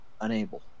unable